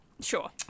Sure